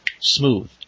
smooth